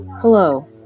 Hello